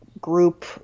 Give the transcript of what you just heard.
group